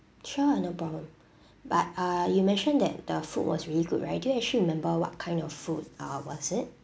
sure no problem but uh you mentioned that the food was really good right do you actually remember what kind of food uh was it